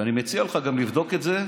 ואני מציע לך גם לבדוק את זה,